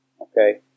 Okay